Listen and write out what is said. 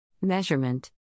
Measurement